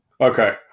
Okay